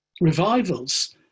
revivals